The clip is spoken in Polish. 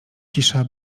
cisza